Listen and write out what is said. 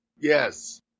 Yes